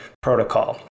protocol